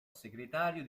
segretario